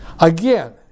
Again